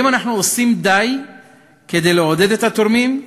האם אנחנו עושים די לעודד את התורמים,